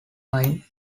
mine